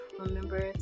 Remember